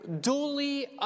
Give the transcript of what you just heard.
duly